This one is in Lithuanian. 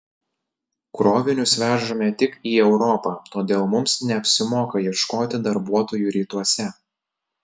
krovinius vežame tik į europą todėl mums neapsimoka ieškoti darbuotojų rytuose